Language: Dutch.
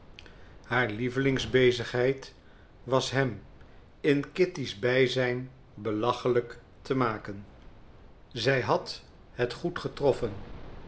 haar lievelingsbezigheid was hem in kitty's bijzijn belachelijk te maken zij had het goed getroffen